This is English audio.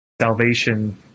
salvation